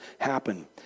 happen